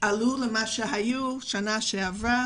עלו למה שהיו בשנה שעברה.